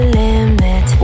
limit